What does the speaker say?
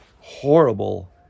horrible